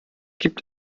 gibt